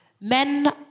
men